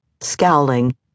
Scowling